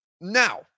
Now